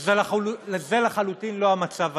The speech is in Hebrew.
וזה לחלוטין לא המצב היום.